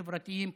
חברתיים,